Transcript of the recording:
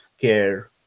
care